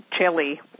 Chili